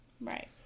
Right